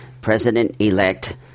President-elect